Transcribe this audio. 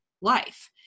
life